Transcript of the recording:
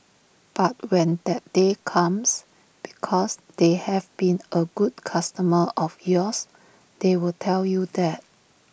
but when that day comes because they have been A good customer of yours they will tell you that